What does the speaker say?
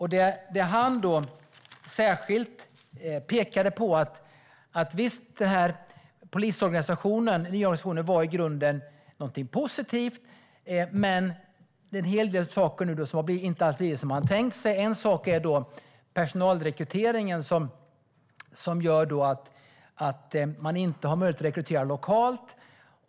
Han pekade särskilt på att den nya polisorganisationen i grunden var någonting som var positivt men att det är en hel del saker som inte har blivit som man har tänkt sig. En sak gäller personalrekryteringen. Man har inte möjlighet att rekrytera lokalt.